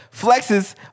flexes